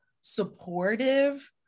supportive